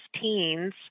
teens